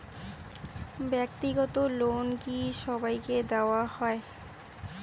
ব্যাক্তিগত লোন কি সবাইকে দেওয়া হয়?